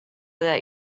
that